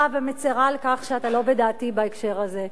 ומצרה על כך שאתה לא בדעתי בהקשר הזה.